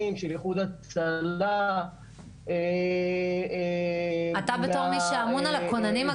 של איחוד הצלה -- אתה בתור מי שאמון על הכוננים,